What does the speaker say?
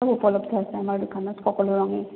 চব উপলব্ধ আছে আমাৰ দোকানত সকলো ৰঙেই